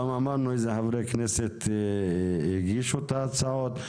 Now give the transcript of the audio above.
וגם אמרנו איזה חברי כנסת הגישו את ההצעות.